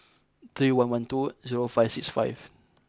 three one one two zero five six five